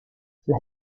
las